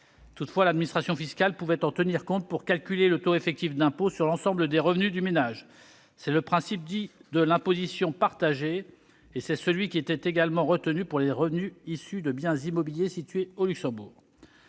Toutefois, l'administration fiscale pouvait en tenir compte pour calculer le taux effectif d'impôt sur l'ensemble des revenus du ménage. C'est le principe dit de l'imposition partagée, et c'est celui qui était également retenu pour les revenus issus de biens immobiliers situés au Luxembourg.